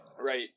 right